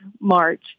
March